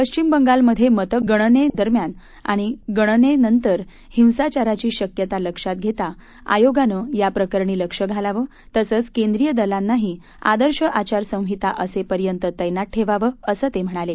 पश्चिम बंगालमधे मतगणनेदरम्यान आणि गणनेनंतर हिंसाचाराची शक्यता लक्षात घेता आयोगानं याप्रकरणी लक्ष घालावं तसंच केंद्रीय दलांनाही आदर्श आचारसंहिता असेपर्यंत तैनात ठेवावं असं ते म्हणाले